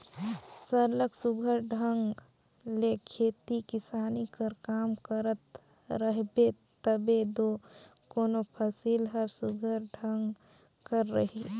सरलग सुग्घर ढंग ले खेती किसानी कर काम करत रहबे तबे दो कोनो फसिल हर सुघर ढंग कर रही